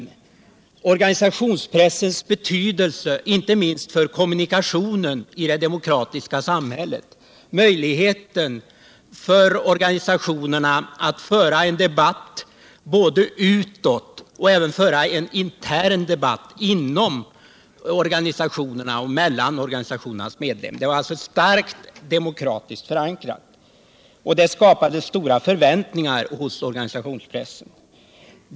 Man framhöll organisationspressens betydelse inte minst för kommunikationen i det demokratiska samhället, möjligheten för organisationerna att föra en debatt utåt och även föra en intern debatt inom organisationerna och mellan organisationsmedlemmarna. Stödet var starkt demokratiskt förankrat och det skapade stora förväntningar hos organisationspressen.